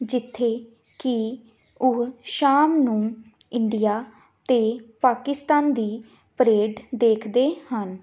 ਜਿੱਥੇ ਕਿ ਉਹ ਸ਼ਾਮ ਨੂੰ ਇੰਡੀਆ ਅਤੇ ਪਾਕਿਸਤਾਨ ਦੀ ਪਰੇਡ ਦੇਖਦੇ ਹਨ